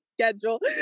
schedule